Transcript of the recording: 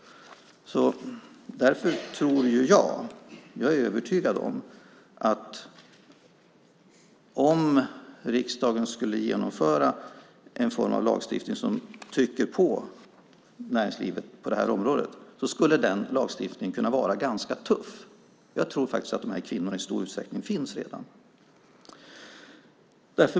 Därför är jag övertygad om att ifall riksdagen skulle genomföra någon form av lagstiftning som tryckte på näringslivet på det här området skulle den lagstiftningen kunna vara ganska tuff.